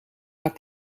haar